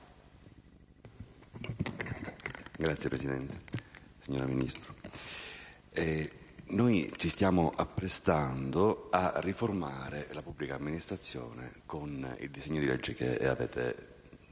*(Misto-ILC)*. Signor Ministro, ci stiamo apprestando a riformare la pubblica amministrazione con il disegno di legge che avete presentato